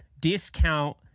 discount